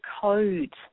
code